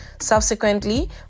Subsequently